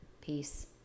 peace